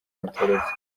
watorotse